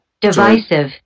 Divisive